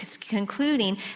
concluding